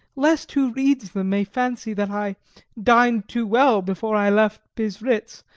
lest who reads them may fancy that i dined too well before i left bistritz,